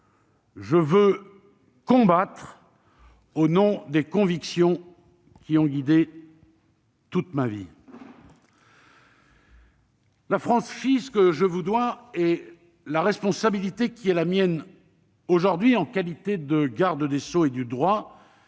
je veux combattre au nom des convictions qui ont guidé toute ma vie. La franchise que je vous dois et la responsabilité qui est la mienne aujourd'hui en qualité de garde des sceaux et du droit,